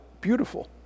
beautiful